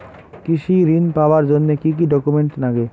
কৃষি ঋণ পাবার জন্যে কি কি ডকুমেন্ট নাগে?